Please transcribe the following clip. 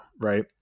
right